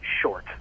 short